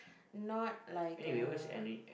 not like a